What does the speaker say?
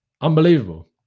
Unbelievable